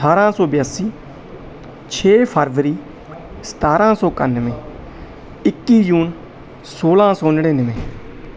ਅਠਾਰ੍ਹਾਂ ਸੌ ਬਿਆਸੀ ਛੇ ਫਰਵਰੀ ਸਤਾਰ੍ਹਾਂ ਸੌ ਇਕਾਨਵੇਂ ਇੱਕੀ ਜੂਨ ਸੋਲ਼੍ਹਾਂ ਸੌ ਨੜ੍ਹਿਨਵੇਂ